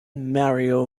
mario